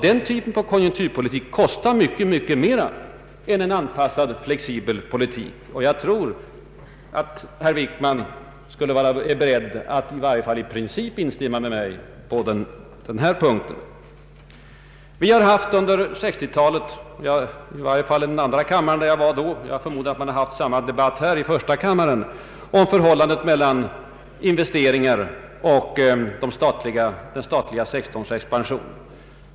Detta slags konjunkturpolitik kostar mycket, mycket mera än en flexibel politik. Jag tror att herr Wickman är beredd att i varje fall i princip instämma med mig på denna punkt. Vi har under 1960-talet — i varje fall i andra kammaren där jag då satt, men jag förmodar också här i första kammaren — haft debatter om förhållandet mellan investeringar och den statliga sektorns expansion.